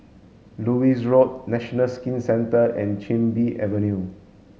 Lewis Road National Skin Centre and Chin Bee Avenue